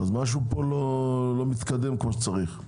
אז משהו פה לא מתקדם כמו שצריך.